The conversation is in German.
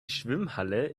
schwimmhalle